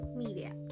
media